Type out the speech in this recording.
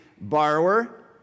borrower